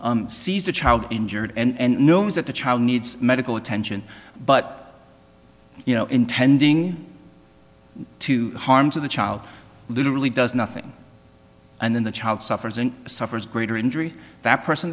sees the child injured and knows that the child needs medical attention but you know intending to harm to the child literally does nothing and then the child suffers and suffers greater injury that person